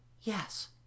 Yes